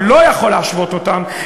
אני לא יכול להשוות אותן,